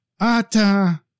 ata